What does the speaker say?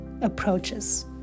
approaches